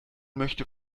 möchte